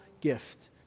gift